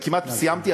אני כמעט סיימתי.